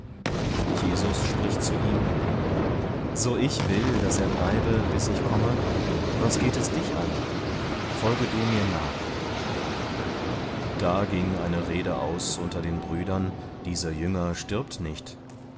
jesus spricht zu ihm so ich will daß er bleibe bis ich komme was geht es dich an folge du mir nach da ging eine rede aus unter den brüdern dieser jünger stirbt nicht